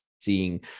seeing